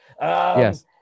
Yes